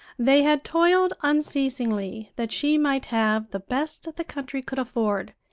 they had toiled unceasingly that she might have the best the country could afford,